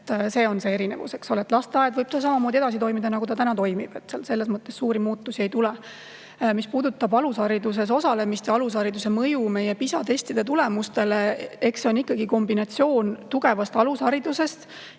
See on see erinevus, eks ole. Lasteaed võib samamoodi edasi toimida, nagu ta täna toimib, selles mõttes suuri muutusi ei tule. Mis puudutab alushariduses osalemist ja alushariduse mõju meie PISA testide tulemustele, siis eks see on ikkagi kombinatsioon tugevast alusharidusest